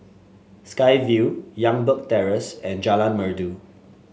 Sky Vue Youngberg Terrace and Jalan Merdu